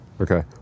okay